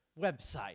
website